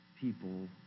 people